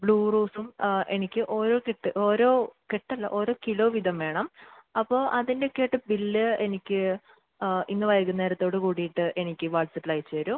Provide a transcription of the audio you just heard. blue റോസും എനിക്ക് ഓരോ കെട്ട് ഓരോ കെട്ടല്ല ഓരോ കിലോ വീതം വേണം അപ്പോള് അതിന്റെയൊക്കെയായിട്ട് ബില് എനിക്ക് ആ ഇന്ന് വൈകുന്നേരത്തോട് കൂടിയിട്ട് എനിക്ക് വാട്ട്സപ്പിൽ അയച്ചുതരുമോ